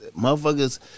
motherfuckers